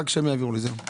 שיעבירו לי מה שביקשתי.